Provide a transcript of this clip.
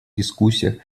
дискуссиях